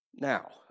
Now